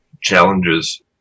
challenges